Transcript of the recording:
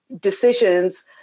decisions